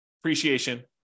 appreciation